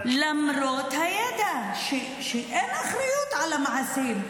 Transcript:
למרות הידע שאין אחריות על המעשים.